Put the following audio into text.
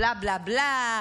בלה בלה בלה,